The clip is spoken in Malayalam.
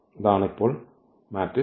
ഇതാണ് ഇപ്പോൾ മാട്രിക്സ്